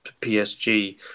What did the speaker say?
PSG